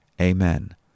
Amen